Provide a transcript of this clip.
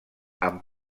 amb